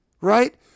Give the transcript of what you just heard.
right